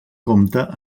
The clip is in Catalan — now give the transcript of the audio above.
comte